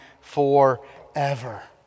forever